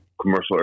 Commercial